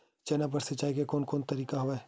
चना बर सिंचाई के कोन कोन तरीका हवय?